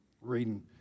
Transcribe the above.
reading